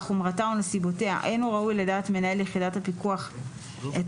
חומרתה או נסיבותיה אין הוא ראוי לדעת מנהל יחידת הפיקוח הטכנולוגי,